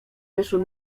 wyszły